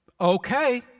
Okay